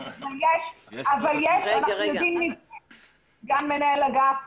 אבל אנחנו יודעים מי זה סגן מנהל אגף,